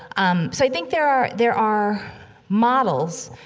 um, so i think there are there are models,